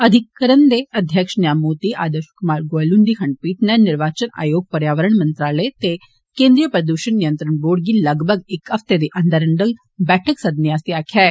अधिकरण दे अध्यक्ष न्यायमूर्ति आदर्ष कुमार गोयल हुन्दी खण्डपीठ नै निर्वाचन आयोग पर्यावरण मंत्रालय ते केन्द्रीय प्रदूशण नियंत्रण बोर्ड गी लगभग इक हफ्ते दे अंदर अंदर बैठक सद्दने आस्तै आक्खेआ ऐ